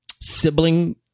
sibling